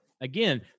Again